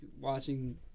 watching